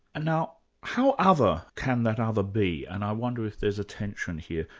now how other can that other be and i wonder if there's a tension here?